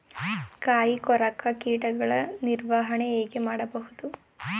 ಕಾಯಿ ಕೊರಕ ಕೀಟಗಳ ನಿರ್ವಹಣೆ ಹೇಗೆ ಮಾಡಬಹುದು?